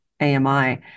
AMI